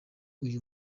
uyu